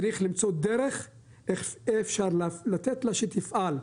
צריך למצוא דרך איך אפשר לתת לה שתפעל.